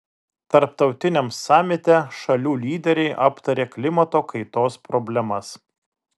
tarptautiniam samite šalių lyderiai aptarė klimato kaitos problemas